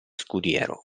scudiero